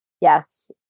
Yes